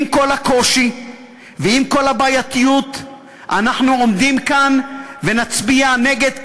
עם כל הקושי ועם כל הבעייתיות אנחנו עומדים כאן ונצביע נגד,